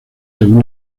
según